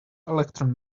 electron